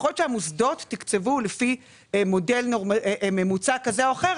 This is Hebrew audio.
יכול להיות שהמוסדות תקצבו לפי מודל ממוצע כזה או אחר,